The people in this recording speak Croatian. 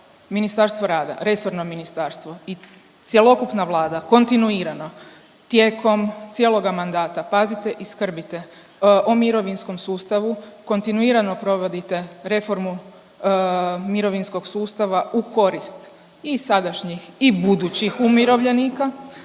Ministarstvo rada, resorno ministarstvo i cjelokupna Vlada kontinuirano tijekom cijeloga mandata pazite i skrbite o mirovinskom sustavu, kontinuirano provodite reformu mirovinskog sustava u korist i sadašnjih i budućih umirovljenika,